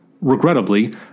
Regrettably